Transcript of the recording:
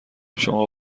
شما